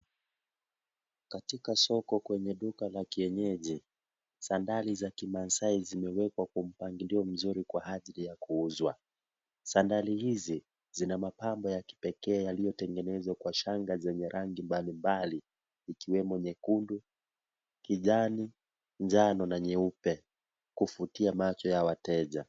Katika soko kwenye duka la kienyenji, zandari za Kimasaai zimewekwa kwa mpangilio mzuri kwa ajili ya kuuzwa. Zandari hizi, zina mapambo ya kipekee yaliyotengenezwa kwa shanga zenye rangi mbali mbali ikiwemo nyekundu, kijani, njano na nyeupe kuvutia macho ya wateja.